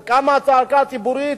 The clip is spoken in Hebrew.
קמה צעקה ציבורית,